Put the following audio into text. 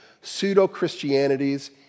pseudo-Christianities